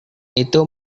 itu